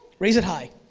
raise it high,